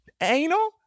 Anal